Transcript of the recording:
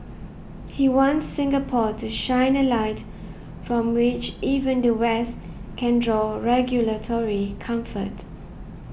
he wants Singapore to shine a light from which even the West can draw regulatory comfort